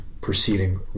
proceeding